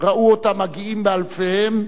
ראו אותם מגיעים באלפיהם,